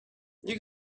you